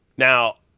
now,